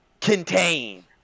Contain